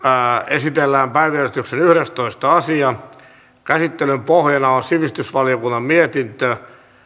esitellään päiväjärjestyksen yhdestoista asia käsittelyn pohjana on sivistysvaliokunnan mietintö